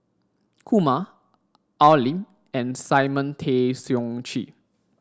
Kumar Al Lim and Simon Tay Seong Chee